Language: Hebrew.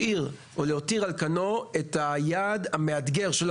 להותיר על קנו את היעד המאתגר שלא